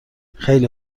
خیلی